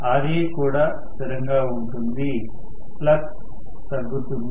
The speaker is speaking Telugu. Raకూడా స్థిరంగా ఉంటుంది ఫ్లక్స్ తగ్గుతుంది